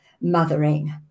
mothering